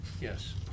Yes